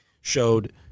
showed